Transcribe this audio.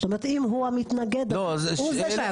זאת אומרת אם הוא המתנגד אז הוא זה?